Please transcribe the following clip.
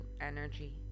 energy